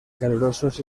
calurosos